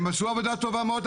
הם עשו עבודה טובה מאוד,